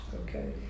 Okay